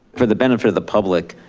for the benefit of the public,